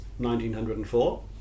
1904